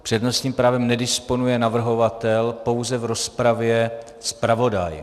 Přednostním právem nedisponuje navrhovatel, pouze v rozpravě zpravodaj.